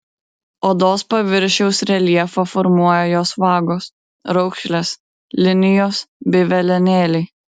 odos paviršiaus reljefą formuoja jos vagos raukšlės linijos bei velenėliai